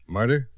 Murder